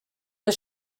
was